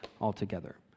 altogether